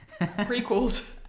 Prequels